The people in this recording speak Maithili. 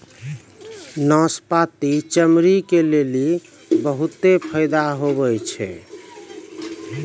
नाशपती चमड़ी के लेली बहुते फैदा हुवै छै